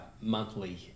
monthly